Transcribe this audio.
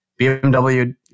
BMW